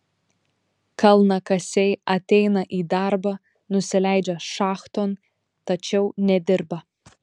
kalnakasiai ateina į darbą nusileidžia šachton tačiau nedirba